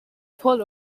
full